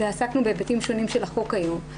ועסקנו בהיבטים שונים של החוק היום.